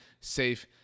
safe